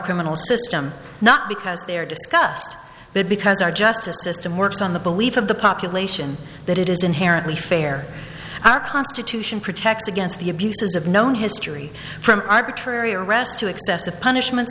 criminal system not because they are discussed but because our justice system works on the belief of the population that it is inherently fair our constitution protects against the abuses of known history from arbitrary arrests to excessive punishment